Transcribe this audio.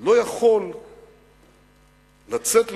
לא יכול לצאת ללונדון,